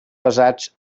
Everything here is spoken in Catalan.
pesats